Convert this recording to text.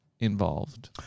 Involved